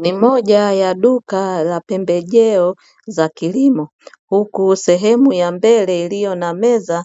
Ni moja ya duka la pembejeo za kilimo huku sehemu ya mbele iliyo na meza